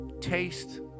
taste